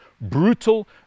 brutal